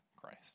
Christ